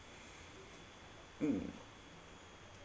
mm